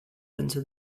into